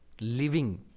living